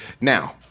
Now